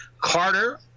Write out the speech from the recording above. Carter